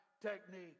technique